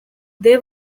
they